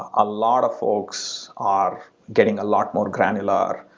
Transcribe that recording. ah a lot of folks are getting a lot more granular.